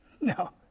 No